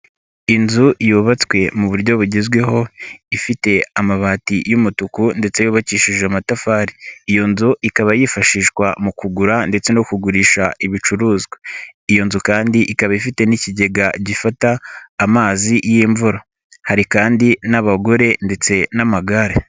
Inzu yubatswe mu buryo bugezweho, ifite amabati y'umutuku ndetse yubakishije amatafari. Iyo nzu ikaba yifashishwa mu kugura ndetse no kugurisha ibicuruzwa. Iyo nzu kandi ikaba ifite n'ikigega gifata amazi y'imvura. Hari kandi n'abagore ndetse n'amagare.